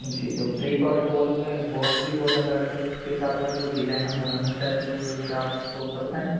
जी जो precast wall में boundary wall अगर उसके साथ अगर कोई डिजाइन हम बनाना चाहें तो क्या आप उसको कर पाएँगे